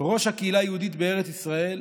ראש הקהילה היהודית בארץ ישראל.